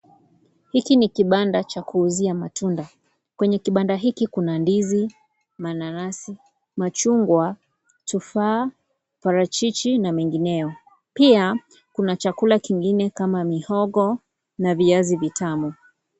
Hiki ni kibanda cha kuuzia matunda. Kwenye kibanda hiki kuna ndizi, mananasi, machungwa, tufaa, parachichi, na mengineo. Pia kuna chakula kingine kama mihogo, na viazi vitamu.